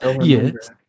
Yes